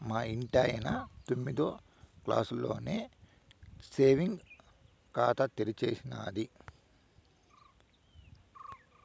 మా ఇంటాయన తొమ్మిదో క్లాసులోనే సేవింగ్స్ ఖాతా తెరిచేసినాది